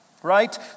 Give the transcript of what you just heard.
Right